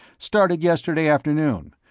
started yesterday afternoon,